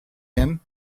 him